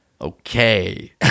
Okay